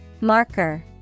Marker